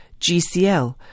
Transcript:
GCL